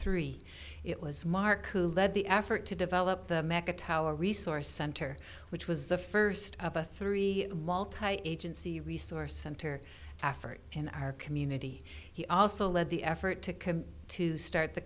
three it was mark who led the effort to develop the mecca tower resource center which was the first of a three agency resource center afeard in our community he also led the effort to come to start the